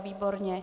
Výborně.